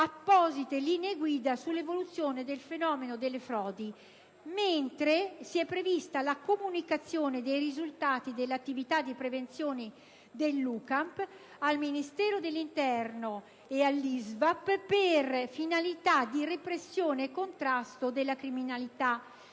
apposite linee guida sull'evoluzione del fenomeno delle frodi. È stata infine prevista la comunicazione dei risultati dell'attività di prevenzione dell'UCAMP al Ministero dell'interno e all'ISVAP per finalità di repressione e contrasto della criminalità